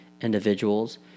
individuals